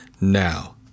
now